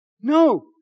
No